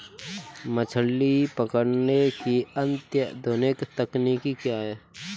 मछली पकड़ने की अत्याधुनिक तकनीकी क्या है?